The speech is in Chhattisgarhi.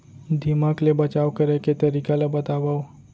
दीमक ले बचाव करे के तरीका ला बतावव?